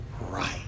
right